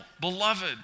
beloved